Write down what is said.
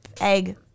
egg